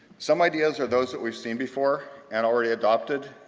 some ideas are those that we've seen before and already adopted,